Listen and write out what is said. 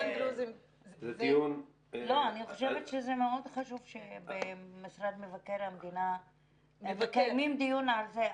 אני חושבת שזה מאוד חשוב שמשרד מבקר המדינה מקיימים דיון על זה.